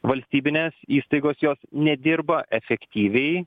valstybinės įstaigos jos nedirba efektyviai